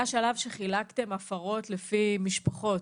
היה שלב שחילקתם הפרות לפי משפחות,